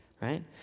right